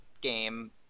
game